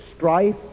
strife